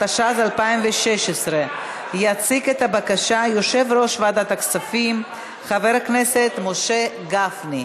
התשע"ז 2016. יציג את הבקשה יושב-ראש ועדת הכספים חבר הכנסת משה גפני,